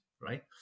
right